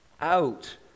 out